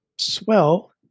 Swell